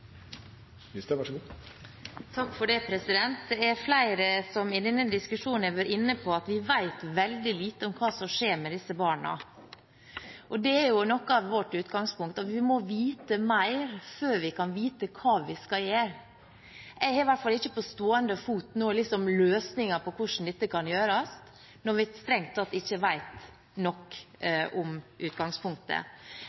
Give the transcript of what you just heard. skjer med disse barna. Det er noe av vårt utgangspunkt: Vi må vite mer før vi kan vite hva vi skal gjøre. Jeg har i hvert fall ikke nå, på stående fot, løsningen på hvordan dette kan gjøres, når vi strengt tatt ikke vet nok